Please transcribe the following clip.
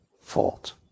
fault